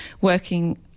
working